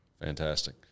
fantastic